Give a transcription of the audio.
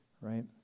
right